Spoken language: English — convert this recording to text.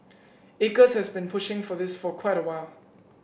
acres has been pushing for this for quite a while